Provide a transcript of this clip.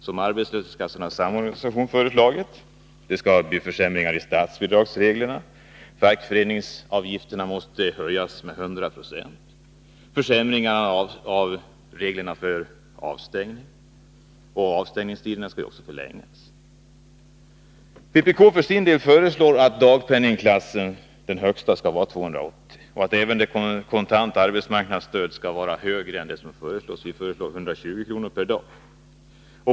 som Arbetslöshetskassornas samorganisation har föreslagit. Statsbidragen försämras — fackföreningsavgifterna måste höjas med 100 90. Avstängningsreglerna försämras och avstängningstiderna förlängs. Vpk föreslår att den högsta dagpenningklassen skall vara 280 kr. och att det kontanta arbetsmarknadsstödet höjs till 120 kr. per dag.